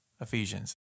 Ephesians